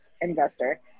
investor